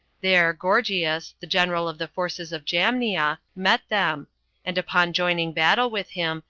there gorgias, the general of the forces of jamnia, met them and upon joining battle with him,